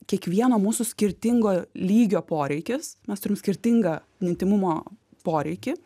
kiekvieno mūsų skirtingo lygio poreikis mes turim skirtingą intymumo poreikį